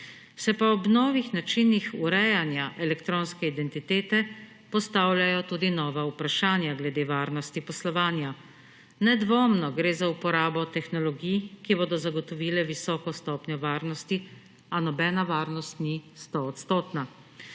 Se pa ob novih načinih urejanja elektronske identitete postavljajo tudi nova vprašanja glede varnosti poslovanja. Nedvomno gre za uporabo tehnologij, ki bodo zagotovile visoko stopnjo varnosti, a nobena varnost ni stoodstotna.